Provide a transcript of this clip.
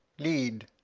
lead.